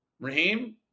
Raheem